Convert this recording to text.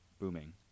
booming